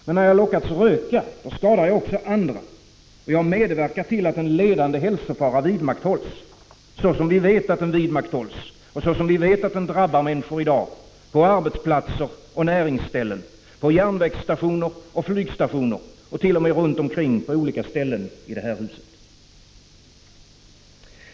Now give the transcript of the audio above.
Men när jag lockas röka skadar jag också andra, och jag medverkar till att en ledande hälsofara vidmakthålls — så som vi vet att den vidmakthålls och drabbar människor i dag på arbetsplatser och näringsställen, på järnvägsstationer och flygstationer, t.o.m. runt omkring på olika ställen i det här huset.